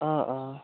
অঁ অঁ